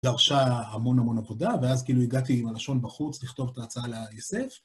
דרשה המון המון עבודה, ואז כאילו הגעתי עם הלשון בחוץ לכתוב את ההצעה לעסק